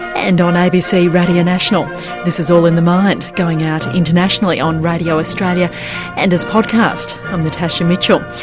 and on abc radio national this is all in the mind going out internationally on radio australia and as podcast, i'm natasha mitchell.